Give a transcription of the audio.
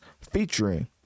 featuring